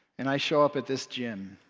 and i show up at this gym.